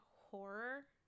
horror